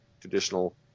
traditional